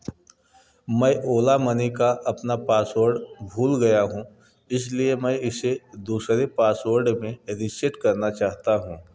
मैं ओला मनी का अपना पासवर्ड भूल गया हूँ इसलिए मैं इसे दूसरे पासवर्ड में रीसेट करना चाहता हूँ